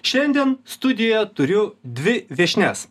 šiandien studijoje turiu dvi viešnias